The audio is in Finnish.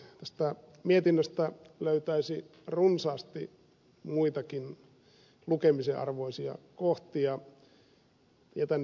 tästä mietinnöstä löytäisi runsaasti muitakin lukemisen arvoisia kohtia jätän ne myöhemmälle